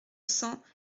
cents